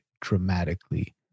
dramatically